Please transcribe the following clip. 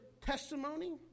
testimony